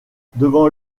devant